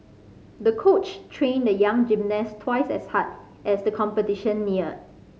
the coach trained the young gymnast twice as hard as the competition neared